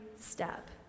step